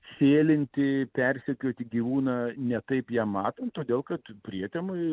sėlinti persekioti gyvūną ne taip jam matant todėl kad prietemoj